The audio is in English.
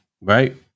right